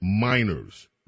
minors